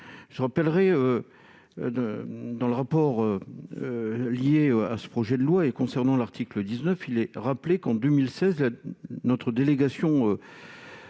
je rappellerai 2 dans le rapport lié à ce projet de loi et concernant l'article 19 il est rappelé qu'en 2016 notre délégation